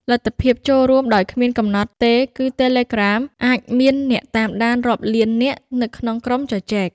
លទ្ធភាពចូលរួមដោយគ្មានកំណត់ទេគឺTelegram អាចមានអ្នកតាមដានរាប់លាននាក់នៅក្នុងក្រុមជជែក។